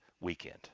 weekend